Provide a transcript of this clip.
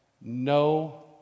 no